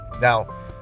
now